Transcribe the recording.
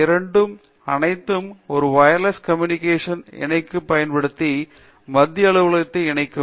இரண்டும் அனைத்தும் ஒரு வயர்லெஸ் கம்யூனிகேஷன் கான இணைப்பைப் பயன்படுத்தி மத்திய அலுவலகதை இணைக்கும்